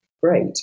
great